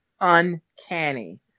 uncanny